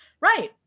Right